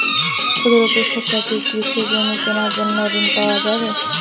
ক্ষুদ্র কৃষকরা কি কৃষিজমি কেনার জন্য ঋণ পাওয়ার যোগ্য?